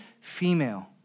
female